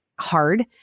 hard